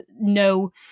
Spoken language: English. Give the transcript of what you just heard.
no